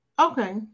okay